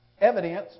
Evidence